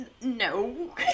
no